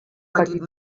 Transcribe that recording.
petit